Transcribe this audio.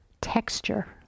texture